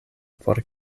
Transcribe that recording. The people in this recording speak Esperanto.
por